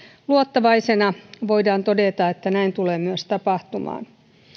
luottavaisena voidaan todeta että näin tulee myös tapahtumaan